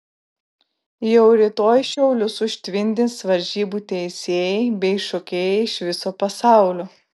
jau rytoj šiaulius užtvindys varžybų teisėjai bei šokėjai iš viso pasaulio